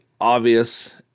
obvious